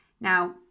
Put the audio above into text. Now